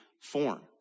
form